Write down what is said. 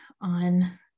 on